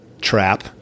trap